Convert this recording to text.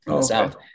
south